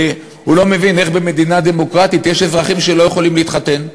שהוא לא מבין איך במדינה דמוקרטית יש אזרחים שלא יכולים להתחתן.